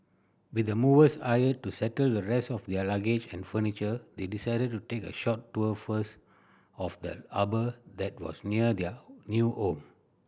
with the movers hired to settle the rest of their luggage and furniture they decided to take a short tour first of the harbour that was near their new home